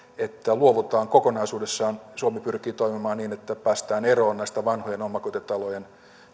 että luovutaan kokonaisuudessaan että suomi pyrkii toimimaan niin että päästään eroon vanhojen omakotitalojen